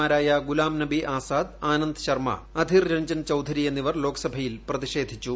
മാരായ ഗുലാം നബി ആസാദ് ആനന്ദ് ശർമ്മ ആധിർ രഞ്ജൻ ചൌധിര എന്നിവർ ലോക്സഭയിൽ പ്രതിഷേധിച്ചു